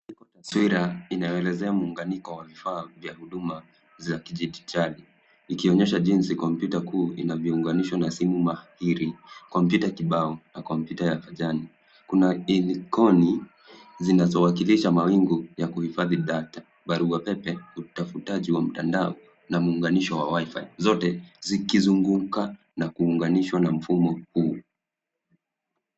...taswira inayoelezea muunganiko wa vifaa vya huduma za kidijitali ikionyesha jinsi kompyuta kuu inavyounganishwa na simu mahiri, kompyuta ya kibao na kompyuta ya pajani. Kuna ikoni zinazowakilisha mawingu ya kuhifadhi data, barua pepe, utafutaji wa mtandao na muunganisho wa Wi-Fi , zote zikizunguka na kuunganishwa na mfumo huu.